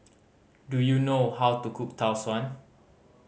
do you know how to cook Tau Suan